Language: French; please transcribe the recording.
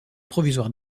provisoire